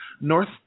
North